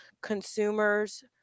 consumers